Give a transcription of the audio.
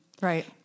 Right